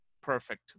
Perfect